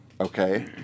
Okay